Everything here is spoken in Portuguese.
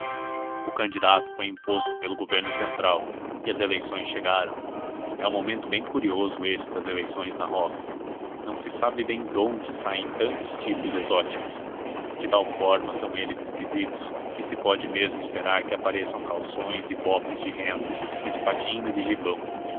o candidato foi imposto pelo governo central e as eleições chegaram é um momento bem curioso esse das eleições na roça não se sabe bem donde saem tantos tipos exóticos de tal forma são eles esquisitos que se pode mesmo esperar que apareçam calções e bofes de renda espadins e gibão